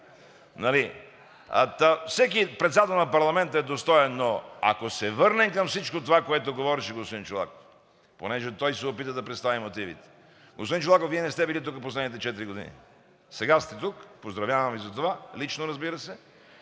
Всеки председател на парламента е достоен, но ако се върнем към всичко това, което говореше господин Чолаков, понеже той се опита да представи мотивите. Господин Чолаков, Вие не сте били тук в последните четири години. Сега сте тук, поздравявам Ви за това, лично, разбира се.